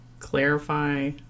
clarify